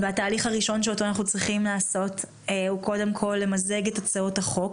והתהליך הראשון שאנחנו צריכים לעשות הוא קודם כל למזג את הצעות החוק.